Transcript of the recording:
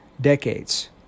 Decades